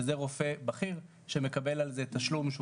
שזה רופא בכיר שמקבל על זה תשלום שהוא